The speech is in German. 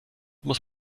muss